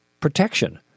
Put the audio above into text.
protection